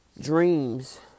dreams